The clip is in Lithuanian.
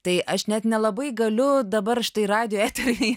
tai aš net nelabai galiu dabar štai radijo eteryje